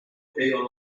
two